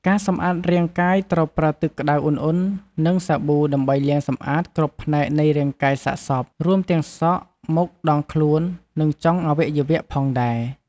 ការសម្អាតរាងកាយត្រូវប្រើទឹកក្តៅឧណ្ហៗ និងសាប៊ូដើម្បីលាងសម្អាតគ្រប់ផ្នែកនៃរាងកាយសាកសព រួមទាំងសក់ មុខ ដងខ្លួន និងចុងអវយវៈផងដែរ។